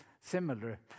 similar